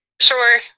Sure